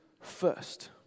first